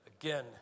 again